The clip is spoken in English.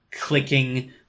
clicking